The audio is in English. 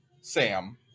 Sam